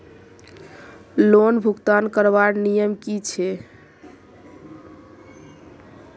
Loan भुगतान करवार नियम की छे?